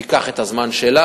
היא תיקח את הזמן שלה.